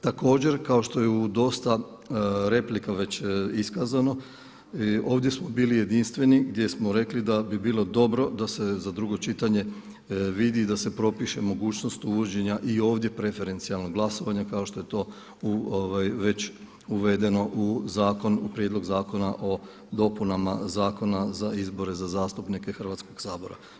Također kao što je u dosta replika iskazano i ovdje smo bili jedinstveni gdje smo rekli da bi bilo dobro da se za drugo čitanje vidi i da se propiše mogućnost uvođenja i ovdje preferencijalnog glasovanja kao što je to već uvedeno u prijedlog zakona o dopunama Zakona za izbore za zastupnike Hrvatskog sabora.